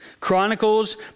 Chronicles